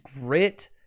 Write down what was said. grit